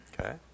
Okay